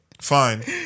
Fine